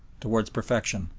towards perfection.